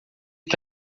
que